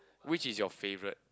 which is your favourite